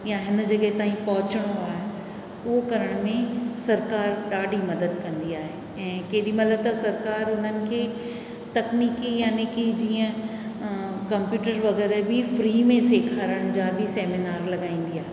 या हिन जॻह ताईं पहुचणो आहे उहो करण में सरकार ॾाढी मदद कंदी आहे ऐं केॾीमहिल त सरकार उन्हनि खे तकनीकी याने कि जीअं कमप्यूटर वग़ैरह बि फ्री में सेखारण जा बि सेमिनार लॻाईंदी आहे